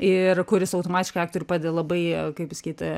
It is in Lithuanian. ir kuris automatiškai aktoriui padeda labai kaip pasakyt